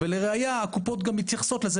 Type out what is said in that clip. ולראייה הקופות גם מתייחסות לזה,